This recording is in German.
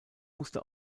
musste